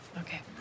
Okay